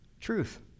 truth